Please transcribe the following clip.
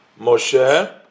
Moshe